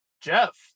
Jeff